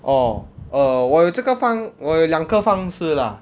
orh err 我有这个方我有两个方式 lah